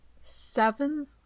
seven